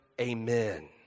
Amen